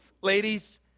ladies